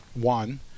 one